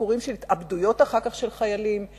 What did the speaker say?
סיפורים של התאבדויות של חיילים אחר כך?